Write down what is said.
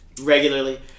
regularly